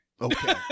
Okay